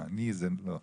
אז